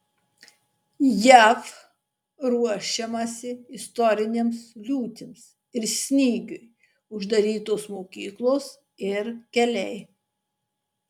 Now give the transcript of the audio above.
jav ruošiamasi istorinėms liūtims ir snygiui uždarytos mokyklos ir keliai